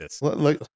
look